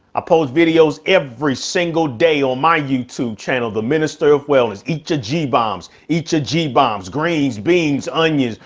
ah post videos every single day on my youtube channel. the minister of wellness, each a g bombs, each a, g bombs, greens, beans, onions,